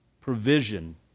provision